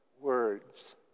words